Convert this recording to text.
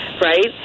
right